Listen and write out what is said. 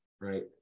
right